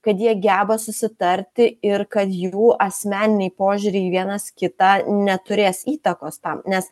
kad jie geba susitarti ir kad jų asmeniniai požiūriai į vienas kitą neturės įtakos tam nes